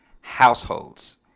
households